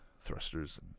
thrusters